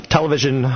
Television